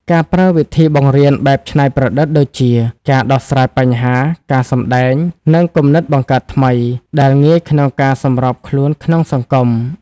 ការប្រើវិធីបង្រៀនបែបច្នៃប្រឌិតដូចជា ការដោះស្រាយបញ្ហា ការសម្តែង និងគំនិតបង្កើតថ្មី ដែលងាយក្នុងការសម្របខ្លួនក្នុងសង្គម។